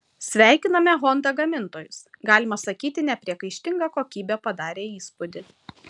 sveikiname honda gamintojus galima sakyti nepriekaištinga kokybė padarė įspūdį